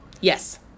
yes